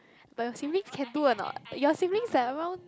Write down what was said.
but your siblings can do or not your siblings are around